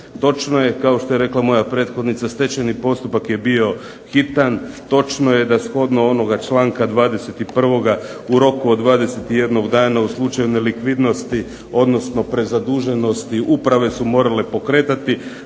Točno je kao što je rekla moja prethodnica stečajni postupak je bio hitan, točno je da shodno onoga članka 21. u roku od 21 dana u slučaju nelikvidnosti, odnosno prezaduženosti uprave su morale pokretati